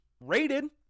rated